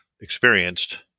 experienced